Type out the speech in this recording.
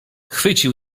chwycił